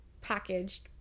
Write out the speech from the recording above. packaged